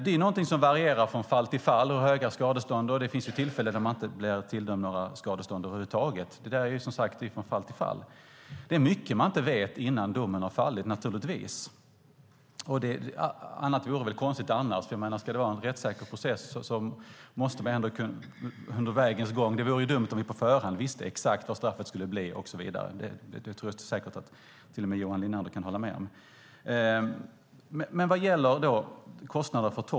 Det varierar från fall till fall hur höga skadestånden är, och det finns tillfällen när man inte blir tilldömd några skadestånd över huvud taget. Det varierar, som sagt, från fall till fall. Det är mycket man inte vet innan domen har fallit. Det vore väl konstigt annars. Ska det vara en rättssäker process vore det dumt om vi på förhand visste exakt vad straffet skulle bli och så vidare. Det tror jag att till och med Johan Linander kan hålla med om.